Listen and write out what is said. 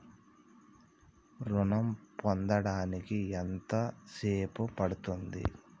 ఋణం పొందడానికి ఎంత సేపు పడ్తుంది?